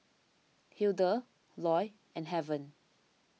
Hildur Loy and Heaven